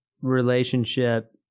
relationship